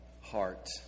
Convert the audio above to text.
heart